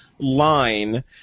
Line